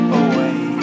away